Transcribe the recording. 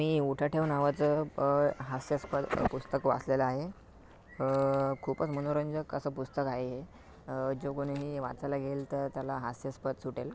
मी उठाठेव नावाचं हास्यास्पद पुस्तक वाचलेलं आहे खूपच मनोरंजक असं पुस्तक आहे हे जो कोणी हे वाचायला घेईल तर त्याला हे हास्यास्पद सुटेल